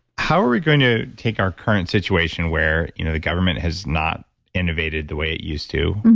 how are we going to take our current situation where you know the government has not innovated the way it used to,